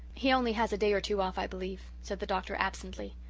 he only has a day or two off, i believe, said the doctor absently.